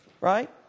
right